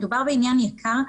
מדובר בעניין יקר,